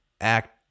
act